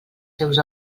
seus